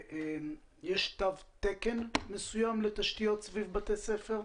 יש תו תקן מסוים לתשתיות סביב בתי ספר?